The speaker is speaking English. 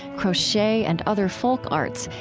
crochet and other folk arts,